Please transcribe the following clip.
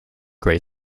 gray